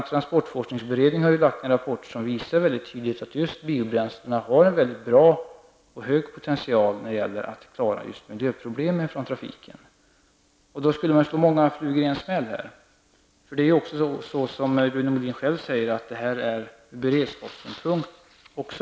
Transportforskningsberedningen har lagt fram en rapport som mycket tydligt visar att just biobränslen har en mycket bra och hög potential att klara trafikens miljöproblem. Man skulle alltså på detta sätt slå många flugor i en smäll, eftersom detta, som Rune Molin själv säger, också är bra från beredningssynpunkt.